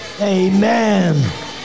Amen